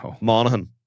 Monaghan